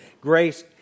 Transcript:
Grace